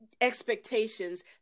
expectations